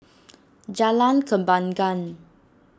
Jalan Kembangan